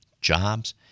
jobs